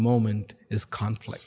moment is conflict